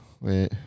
Wait